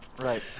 Right